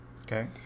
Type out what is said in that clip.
Okay